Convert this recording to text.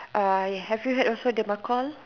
uh have you heard also the